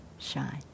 shine